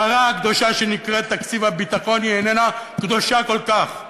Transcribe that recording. הפרה הקדושה שנקראת "תקציב הביטחון" איננה קדושה כל כך,